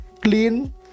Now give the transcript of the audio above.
clean